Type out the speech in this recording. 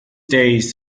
days